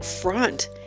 front